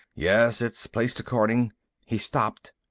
yes, it's placed according he stopped,